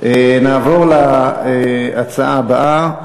נעבור להצעה הבאה,